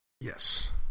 Yes